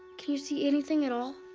can you see anything at all?